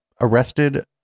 arrested